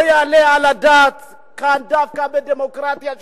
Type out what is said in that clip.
לא יעלה על הדעת שכאן, דווקא בדמוקרטיה שלנו,